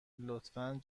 لطفا